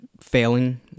failing